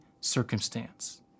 circumstance